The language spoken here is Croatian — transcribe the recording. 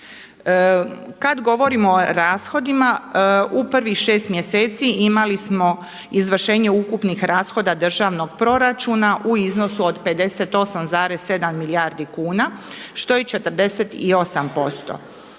Kad govorimo o rashodima u prvih šest mjeseci imali smo izvršenje ukupnih rashoda državnog proračuna u iznosu od 58,7 milijardi kuna što je 48%.